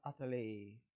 utterly